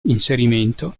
inserimento